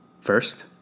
First